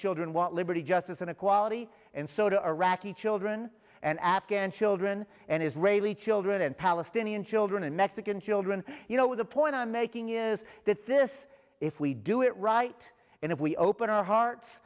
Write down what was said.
children want liberty justice and equality and so to iraqi children and afghan children and israeli children and palestinian children and mexican children you know the point i'm making is that this if we do it right and if we open our hearts